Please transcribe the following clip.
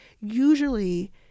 Usually